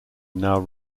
now